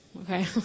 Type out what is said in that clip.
okay